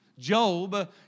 Job